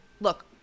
look